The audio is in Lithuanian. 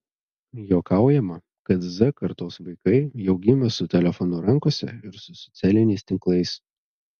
juokaujama kad z kartos vaikai jau gimė su telefonu rankose ir su socialiniais tinklais